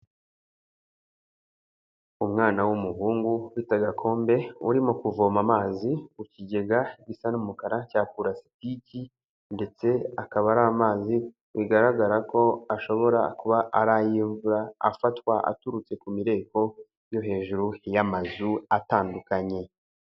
Umwana w'umuhungu ufiteta agakombe urimo kuvoma amazi ku kigega gisa n'umukara cya pulasitiki ndetse akaba ari amazi bigaragara ko ashobora kuba ari ay'imvura afatwa aturutse ku mireko yo hejuru y'amazu atandukanye.